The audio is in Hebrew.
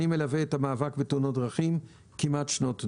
אני מלווה את המאבק בתאונות דרכים כמעט שנות דור.